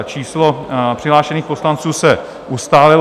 Číslo přihlášených poslanců se ustálilo.